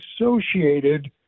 associated